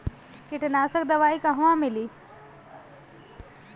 कीटनाशक दवाई कहवा मिली?